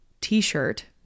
t-shirt